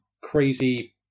crazy